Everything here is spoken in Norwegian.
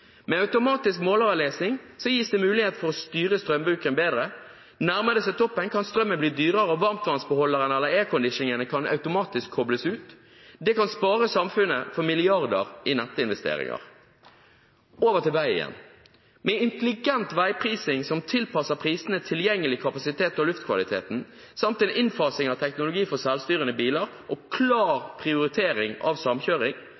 Med automatisk måleravlesning gis det mulighet for å styre strømbruken bedre. Nærmer det seg toppen, kan strømmen bli dyrere, og varmtvannsbeholderen eller airconditioningen kan automatisk kobles ut. Det kan spare samfunnet for milliarder i nettinvesteringer. Over til vei igjen: Med intelligent veiprising som tilpasser prisene til tilgjengelig kapasitet og luftkvaliteten, samt en innfasing av teknologi for selvstyrende biler og klar prioritering av samkjøring